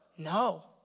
No